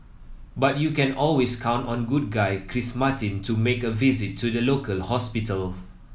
but you can always count on good guy Chris Martin to make a visit to the local hospital